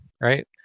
right